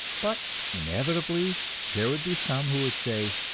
but inevitably there would be some who would say,